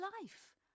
life